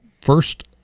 first